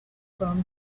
from